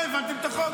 לא הבנתם את החוק.